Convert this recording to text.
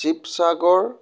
Sivasagar